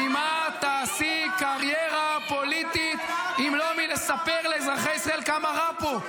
--- ממה תעשי קריירה פוליטית אם לא מלספר לאזרחי ישראל כמה רע פה?